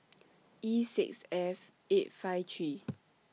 E six F eight five three